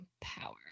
Power